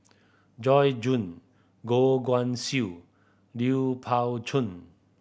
Joyce Jue Goh Guan Siew Lui Pao Chuen